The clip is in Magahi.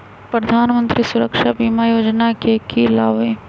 प्रधानमंत्री सुरक्षा बीमा योजना के की लाभ हई?